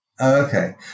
Okay